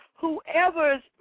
whoever's